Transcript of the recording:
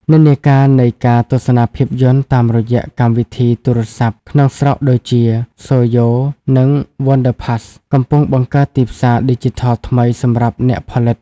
និន្នាការនៃការទស្សនាភាពយន្តតាមរយៈកម្មវិធីទូរស័ព្ទក្នុងស្រុកដូចជា Soyo និង Wonderpass កំពុងបង្កើតទីផ្សារឌីជីថលថ្មីសម្រាប់អ្នកផលិត។